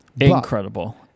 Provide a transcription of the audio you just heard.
Incredible